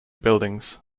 buildings